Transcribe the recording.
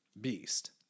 beast